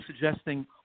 suggesting